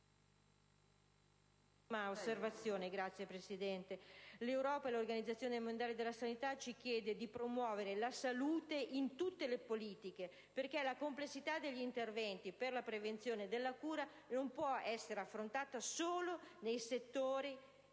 l'Europa e l'Organizzazione mondiale della sanità ci chiedono di promuovere la salute in tutte le politiche, perché la complessità degli interventi per la prevenzione e per la cura non può essere affrontata solo nei settori verticali,